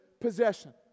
possession